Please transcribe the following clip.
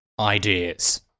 ideas